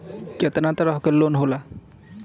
केतना तरह के लोन होला?